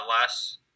less